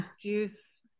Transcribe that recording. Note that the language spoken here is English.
juice